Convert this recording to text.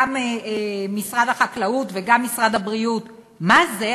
גם משרד החקלאות וגם משרד הבריאות, מה זה?